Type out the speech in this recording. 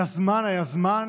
זמן היה זמן,